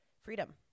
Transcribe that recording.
freedom